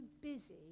busy